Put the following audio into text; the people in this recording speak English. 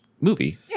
Movie